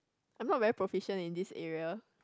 I'm not very proficient in this area